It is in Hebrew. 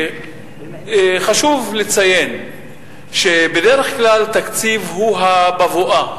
חשוב לציין שבדרך כלל התקציב הוא הבבואה,